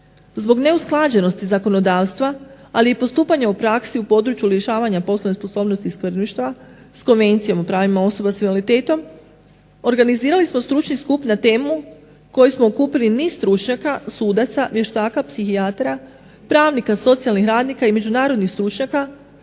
Zbog neusklađenosti zakonodavstva, ali i postupanja u praksi u području lišavanja poslovne sposobnosti i skrbništva. S konvencijom o pravima osoba s invaliditetom organizirali smo stručni skup. Na temu koji smo okupili niz stručnjaka, sudaca, vještaka, psihijatara, pravnika, socijalnih radnika i međunarodnih stručnjaka